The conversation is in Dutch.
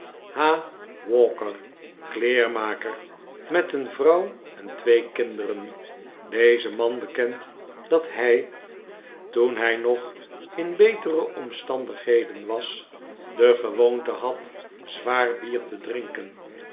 walker kleermaker met een vrouw en twee kinderen deze man bekent dat hij toen hij nog in betere omstandigheden was de gewoonte had zwaar bier te drinken